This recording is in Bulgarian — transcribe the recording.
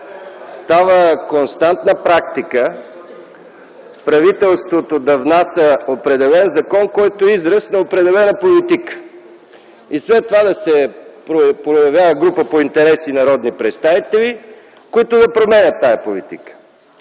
Става константна практика правителството да внася закон, който е израз на определена политика, и след това да се проявява група по интереси народни представители, които да променят тази политика.